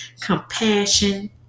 compassion